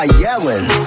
yelling